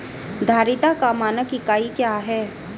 धारिता का मानक इकाई क्या है?